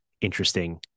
interesting